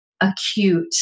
acute